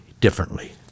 differently